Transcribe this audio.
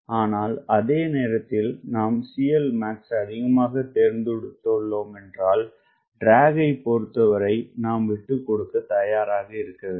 ஆனால் அதே நேரத்தில் நாம்CLmax அதிகமாகதேர்ந்தெடுத்துள்ளோம்என்றால்ட்ராக்கைபொருத்தவரைநாம்விட்டுக்கொடுக்கதயாராக இருக்க வேண்டும்